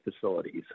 facilities